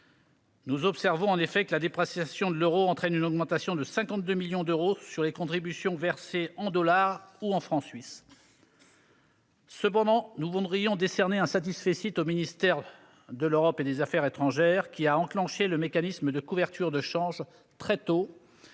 Nous observons en effet que la dépréciation de l'euro entraîne une augmentation de 52 millions d'euros sur les contributions versées en dollars ou en francs suisses. Cependant, nous voudrions décerner un satisfecit au ministère de l'Europe et des affaires étrangères (MEAE), qui a enclenché le mécanisme de couverture de change très tôt,